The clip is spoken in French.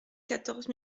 quatorze